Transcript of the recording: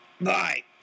Bye